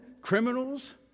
criminals